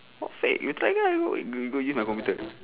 what fake you try ah you go you go in my computer